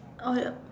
or the